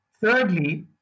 Thirdly